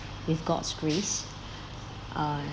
with god's grace uh